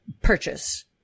purchase